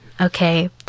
okay